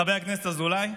חבר הכנסת אזולאי,